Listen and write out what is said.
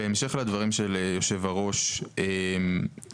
בהמשך לדברים של היושב-ראש, בהתאמה